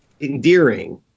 endearing